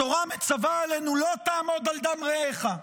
התורה מצווה עלינו "לא תעמד על דם רעך".